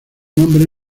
nombre